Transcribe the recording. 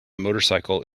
motorcycle